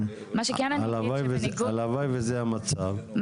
הלוואי וזה המצב,